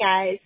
guys